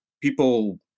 people